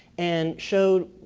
and showed,